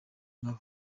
nabo